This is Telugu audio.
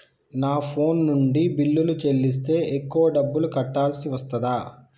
నా ఫోన్ నుండి బిల్లులు చెల్లిస్తే ఎక్కువ డబ్బులు కట్టాల్సి వస్తదా?